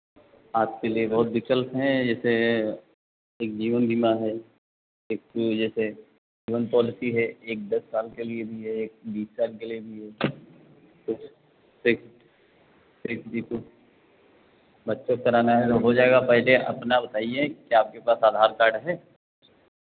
आपके लिए बहुत विकल्प हैं जैसे एक जीवन बीमा है एक जैसे जीवन पॉलिसी है एक दस साल के लिए भी है एक बीस साल के लिए भी है कुछ एक एक भी तो बच्चों कराना है हो जाएगा पहिले अपना बताइए क्या आपके पास आधार कार्ड है